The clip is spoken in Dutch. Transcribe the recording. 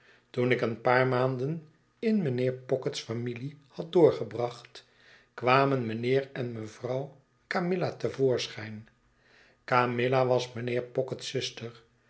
toen ik een paar maanden in mijnheer pocket's familie had doorgebracht kwamen mijnheer en mevrouw camilla te voorschijn camilla was mijnheer pocket's zuster